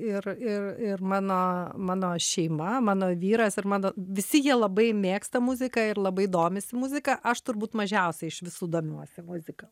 ir ir ir mano mano šeima mano vyras ir mano visi jie labai mėgsta muziką ir labai domisi muzika aš turbūt mažiausiai iš visų domiuosi muzika